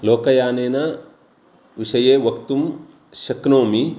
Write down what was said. लोकयानेन विषये वक्तुं शक्नोमि